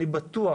אני בטוח,